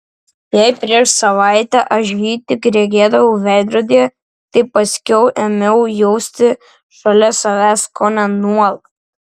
jei prieš savaitę aš jį tik regėdavau veidrodyje tai paskiau ėmiau jausti šalia savęs kone nuolat